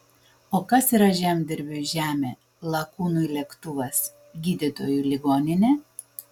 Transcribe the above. o kas yra žemdirbiui žemė lakūnui lėktuvas gydytojui ligoninė